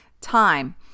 time